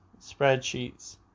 spreadsheets